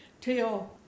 till